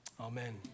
Amen